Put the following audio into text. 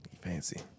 Fancy